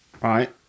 right